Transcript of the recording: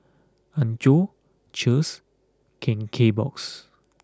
Anchor Cheers Ken Kbox